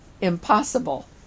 impossible